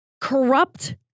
corrupt